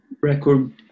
record